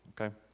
okay